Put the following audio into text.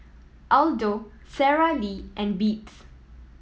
Aldo Sara Lee and Beats